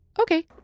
Okay